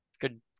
Good